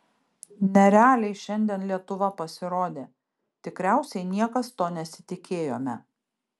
nerealiai šiandien lietuva pasirodė tikriausiai niekas to nesitikėjome